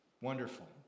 Wonderful